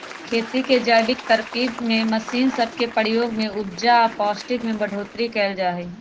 खेती के जैविक तरकिब में मशीन सब के प्रयोग से उपजा आऽ पौष्टिक में बढ़ोतरी कएल जाइ छइ